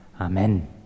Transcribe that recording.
Amen